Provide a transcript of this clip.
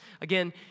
Again